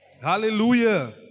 Hallelujah